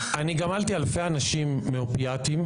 אני גמלתי אלפי אנשים מאופיאטים,